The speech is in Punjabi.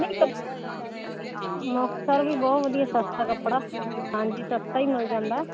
ਨਹੀਂ ਮੁਕਤਸਰ ਵੀ ਬਹੁਤ ਵਧੀਆ ਸਸਤਾ ਕੱਪੜਾ ਹਾਂਜੀ ਸਸਤਾ ਹੀ ਮਿਲ ਜਾਂਦਾ